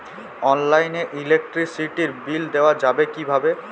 অনলাইনে ইলেকট্রিসিটির বিল দেওয়া যাবে কিভাবে?